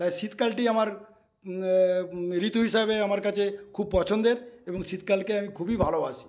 তাই শীতকালটি আমার ঋতু হিসাবে আমার কাছে খুব পছন্দের এবং শীতকালকে আমি খুবই ভালোবাসি